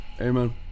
Amen